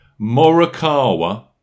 Morikawa